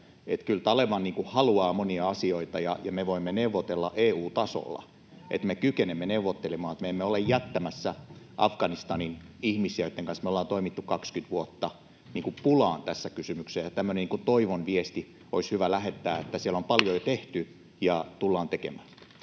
kyllä Taleban haluaa monia asioita, ja me voimme neuvotella EU-tasolla. Me kykenemme neuvottelemaan, me emme ole jättämässä tässä kysymyksessä Afganistaniin pulaan ihmisiä, joitten kanssa me ollaan toimittu 20 vuotta. Tämmöinen niin kuin toivon viesti olisi hyvä lähettää, että siellä on paljon jo tehty ja tullaan tekemään.